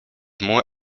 more